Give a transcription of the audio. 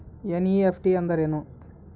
NEFT ಅಂದ್ರೆನು?